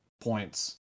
points